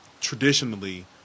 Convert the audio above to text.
traditionally